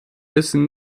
wissen